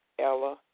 Ella